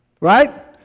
Right